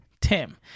Tim